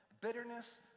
bitterness